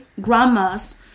grandma's